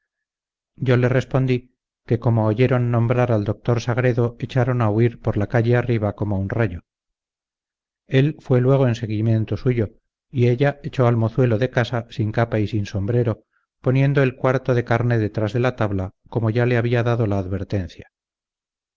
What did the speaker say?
yo le respondí que como oyeron nombrar al doctor sagredo echaron a huir por la calle arriba como un rayo él fué luego en seguimiento suyo y ella echó al mozuelo de casa sin capa y sin sombrero poniendo el cuarto de carne detrás de la tabla como ya le había dado la advertencia